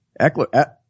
Eckler—